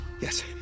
Yes